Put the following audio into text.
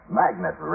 magnet